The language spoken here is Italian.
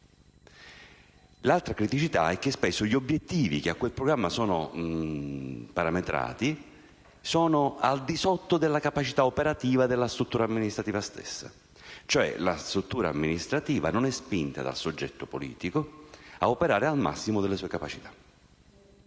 L'altra criticità è che spesso gli obiettivi, che a quel programma sono parametrati, sono al di sotto della capacità operativa della struttura amministrativa, cioè quest'ultima non è spinta dal soggetto politico a operare al massimo delle sue capacità.